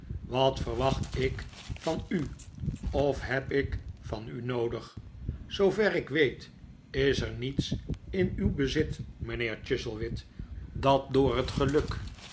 wat verwacht ik van u of heb ik van u noodig zoover ik weet is ef niets in uw bezit mijnheer chuzzlewit dat door het geluk